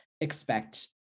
expect